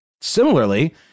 Similarly